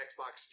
Xbox